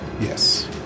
Yes